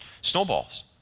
snowballs